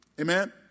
Amen